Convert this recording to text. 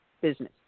business